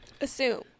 assume